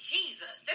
Jesus